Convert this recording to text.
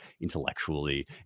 intellectually